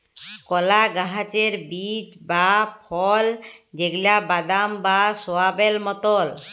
কলা গাহাচের বীজ বা ফল যেগলা বাদাম বা সয়াবেল মতল